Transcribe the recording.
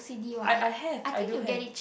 I I have I do have